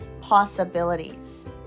possibilities